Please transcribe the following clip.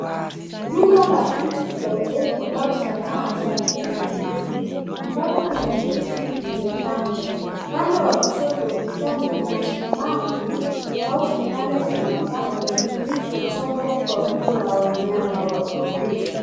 Duka la vitu vya urembo au sanaa za kitamaduni ambapo kuna vitu vingi vimepangwa, upande wa kushoto ukutani kuna sumaku au vipande vya mapambo vilivyochongwa kwa umbo la wanyama wa porini.